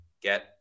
Get